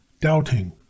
doubting